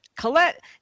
Colette